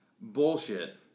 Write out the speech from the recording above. Bullshit